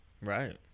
right